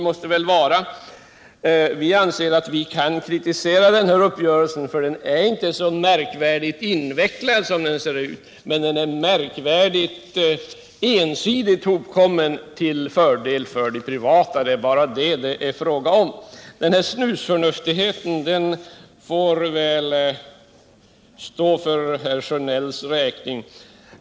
Men vi anser att vi kan kritisera den uppgörelsen, för den är inte så märkvärdigt invecklad som den ser ut. Men den är märkvärdigt ensidigt hopkommen till fördel för de privata. Det är den saken det gäller. Snusförnuftigheten får väl stå för herr Sjönells räkning.